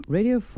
Radio